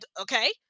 Okay